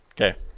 Okay